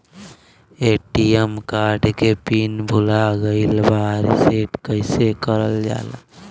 ATM card के pin भूला गइल बा रीसेट कईसे करल जाला?